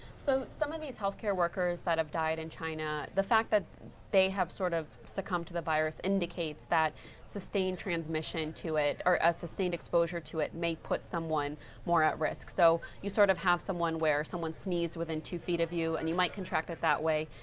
so some of these health care workers that have died in china, the fact that they have sort of succumbed to the virus indicates that sustained transmission to it or a sustained exposure to the may put someone more at risk. so you sort of have someone where someone sneezed within two feet of you, and you might contract it that way.